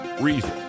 reason